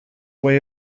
way